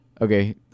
okay